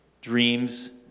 dreams